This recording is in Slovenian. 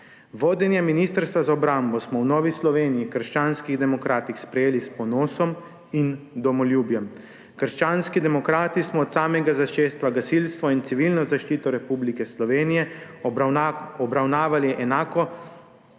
Vodenje Ministrstva za obrambo smo v Novi Sloveniji – krščanskih demokratih sprejeli s ponosom in domoljubjem. Krščanski demokrati smo od samega začetka gasilstvo in Civilno zaščito Republike Slovenije obravnavali enako